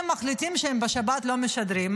הם מחליטים שבשבת הם לא משדרים.